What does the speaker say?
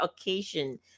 occasion